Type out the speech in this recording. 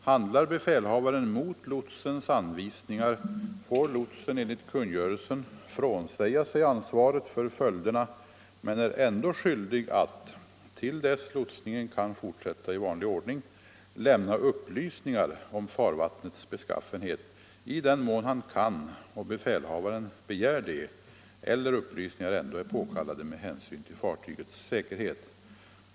Handlar befälhavaren mot lotsens anvisningar får lotsen enligt kungörelsen frånsäga sig ansvaret för följderna men är ändå skyldig att, till dess lotsningen kan fortsätta i vanlig ordning, lämna upplysningar om farvattnets beskaffenhet i den mån han kan och befälhavaren begär det eller upplysningar ändå är påkallade med hänsyn till fartygets säkerhet.